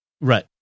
right